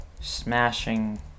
smashing